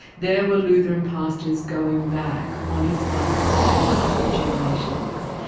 there were lutheran pastors going back on his father's side, a couple of generations.